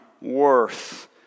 worth